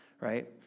right